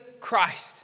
Christ